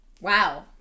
wow